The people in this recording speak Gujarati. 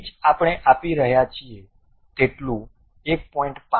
પિચ આપણે આપી રહ્યા છીએ તેટલું 1